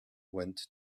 went